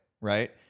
right